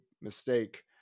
mistake